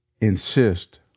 insist